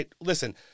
listen